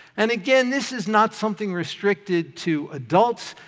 and, again, this is not something restricted to adults.